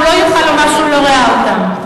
הוא לא יוכל לומר שהוא לא ראה אותם.